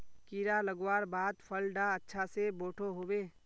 कीड़ा लगवार बाद फल डा अच्छा से बोठो होबे?